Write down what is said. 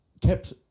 kept